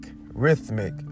rhythmic